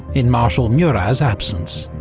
in marshal murat's absence.